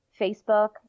Facebook